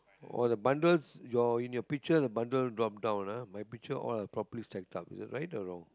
all the bundles your in your picture the bundle drop down ah my picture all are proper stacked up is it right or wrong